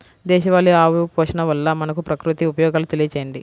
దేశవాళీ ఆవు పోషణ వల్ల మనకు, ప్రకృతికి ఉపయోగాలు తెలియచేయండి?